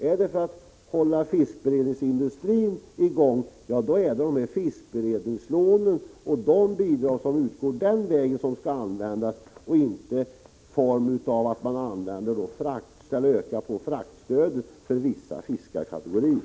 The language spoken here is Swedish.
Om det är för att hålla fiskberedningsindustrin i gång så är det fiskberedningslånen och de bidrag som utgår den vägen som skall användas och inte pengar i form av en utökning av fraktstödet för vissa fiskarkategorier.